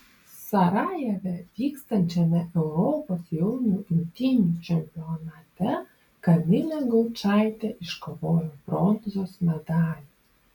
sarajeve vykstančiame europos jaunių imtynių čempionate kamilė gaučaitė iškovojo bronzos medalį